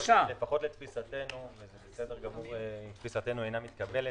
שלפחות לתפיסתנו וזה בסדר גמור אם תפיסתנו אינה מתקבל,